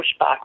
pushback